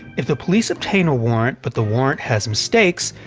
if the police obtain a warrant but the warrant has mistakes,